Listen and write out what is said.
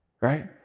Right